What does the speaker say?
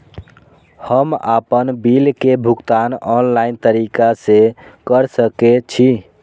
हम आपन बिल के भुगतान ऑनलाइन तरीका से कर सके छी?